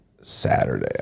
Saturday